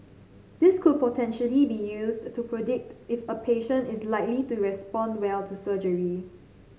this could potentially be used to predict if a patient is likely to respond well to surgery